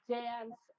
dance